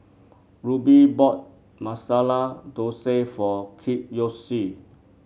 Rube bought Masala Dosa for Kiyoshi